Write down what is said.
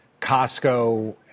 costco